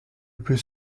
plus